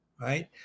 right